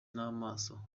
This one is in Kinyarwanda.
n’amaso